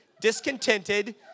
discontented